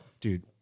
dude